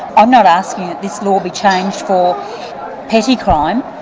i'm not asking that this law be changed for petty crime,